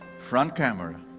front camera,